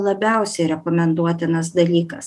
labiausiai rekomenduotinas dalykas